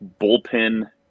bullpen